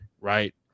right